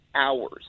hours